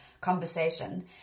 conversation